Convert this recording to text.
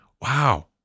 wow